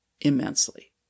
immensely